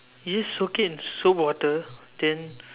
you just soak it in soap water then